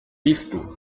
piztu